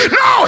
no